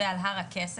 ועל הר הכסף.